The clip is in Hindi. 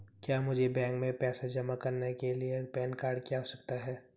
क्या मुझे बैंक में पैसा जमा करने के लिए पैन कार्ड की आवश्यकता है?